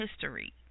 history